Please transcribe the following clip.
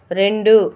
రెండు